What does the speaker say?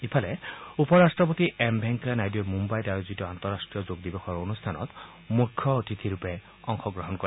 ইফালে উপ ৰাট্টপতি এম ভেংকায়া নাইডুৱে মুম্বাইত আয়োজিত আন্তঃৰাট্টীয় যোগ দিৱসৰ অনুষ্ঠানত মুখ্য অতিথিৰূপে অংশগ্ৰহণ কৰে